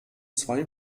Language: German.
zwei